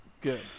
Good